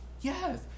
Yes